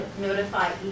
notify